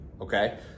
okay